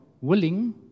willing